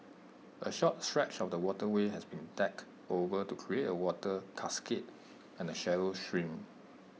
A short stretch of the waterway has been decked over to create A water cascade and A shallow stream